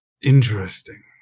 Interesting